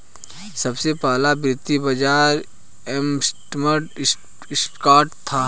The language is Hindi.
सबसे पहला वित्तीय बाज़ार एम्स्टर्डम स्टॉक था